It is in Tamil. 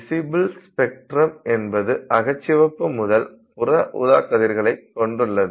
விசிபில் ஸ்பேக்ட்ரம் என்பது அகச்சிவப்பு முதல் புற ஊதாக் கதிர்களை கொண்டுள்ளது